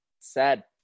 Sad